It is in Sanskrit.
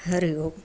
हरिः ओम्